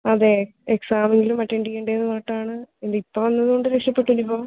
അതെ എക്സാം എങ്കിലും അറ്റൻഡ് ചെയ്യേണ്ടേ എന്ന് പറഞ്ഞിട്ടാണ് ഇതിപ്പോൾ വന്നതുകൊണ്ട് രക്ഷപെട്ടു ഇനിയിപ്പം